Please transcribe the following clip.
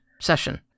session